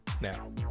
Now